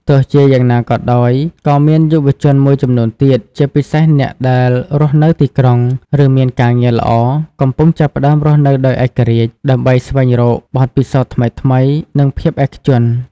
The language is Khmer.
ទោះជាយ៉ាងណាក៏ដោយ ក៏មានយុវជនមួយចំនួនទៀត ជាពិសេសអ្នកដែលរស់នៅទីក្រុង ឬមានការងារល្អ កំពុងចាប់ផ្តើមរស់នៅដោយឯករាជ្យ ដើម្បីស្វែងរកបទពិសោធន៍ថ្មីៗ និងភាពឯកជន។